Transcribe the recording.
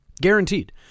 Guaranteed